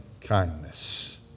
kindness